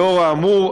לאור האמור,